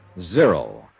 zero